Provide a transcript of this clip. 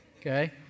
okay